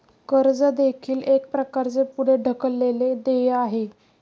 कर्ज देखील एक प्रकारचे पुढे ढकललेले देय आहे